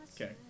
Okay